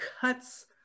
cuts